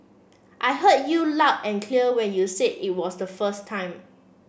I heard you loud and clear when you said it was the first time